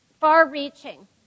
far-reaching